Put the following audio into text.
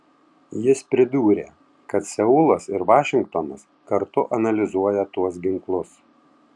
jis pridūrė kad seulas ir vašingtonas kartu analizuoja tuos ginklus